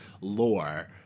lore